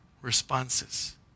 responses